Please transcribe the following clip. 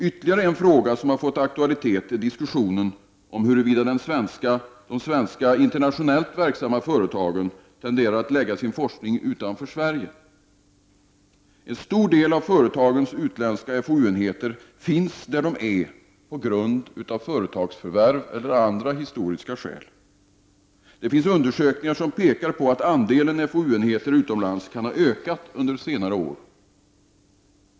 Ytterligare en fråga som fått aktualitet i diskussionen är huruvida de svenska internationellt verksamma företagen tenderar att lägga sin forskning utanför Sverige. En stor del av företagens utländska FoU-enheter finns där de är på grund av företagsförvärv eller av andra historiska skäl. Det finns undersökningar som pekar på att andelen FoU-enheter utomlands kan ha ökat under senare år.